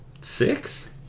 Six